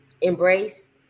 embrace